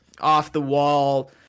off-the-wall